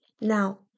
Now